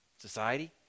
society